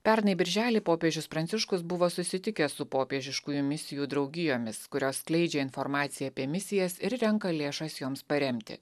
pernai birželį popiežius pranciškus buvo susitikęs su popiežiškųjų misijų draugijomis kurios skleidžia informaciją apie misijas ir renka lėšas joms paremti